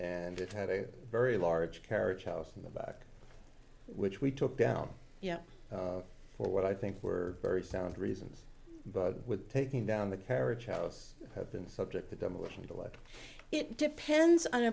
and it had a very large carriage house in the back which we took down you know for what i think were very sound reasons with taking down the carriage house had been subject to demolition the way it depends on